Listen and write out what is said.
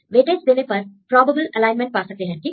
weightage देने पर probable alignment पा सकते हैं ठीक